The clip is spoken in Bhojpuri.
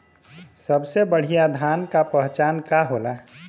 सबसे बढ़ियां धान का पहचान का होला?